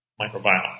microbiome